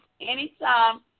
anytime